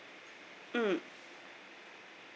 mm